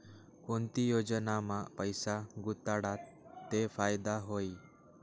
कोणती योजनामा पैसा गुताडात ते फायदा व्हई?